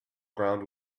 ground